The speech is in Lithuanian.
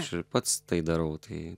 aš ir pats tai darau tai